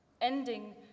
Ending